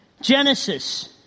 Genesis